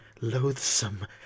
loathsome